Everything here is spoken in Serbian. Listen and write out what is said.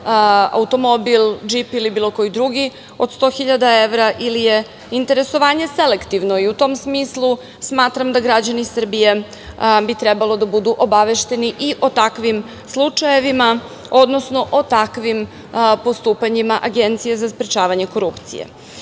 automobil, džip ili bilo koji drugi, od 100 hiljada evra? Ili je interesovanje selektivno? U tom smislu smatram da bi građani Srbije trebali da budu obavešteni i o takvim slučajevima, odnosno o takvim postupanjima Agencije za sprečavanje korupcije. Bez